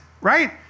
right